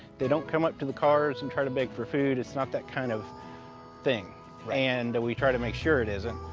they don't come up to the cars and try to beg for food. it's not that kind of thing and we try to make sure it isn't.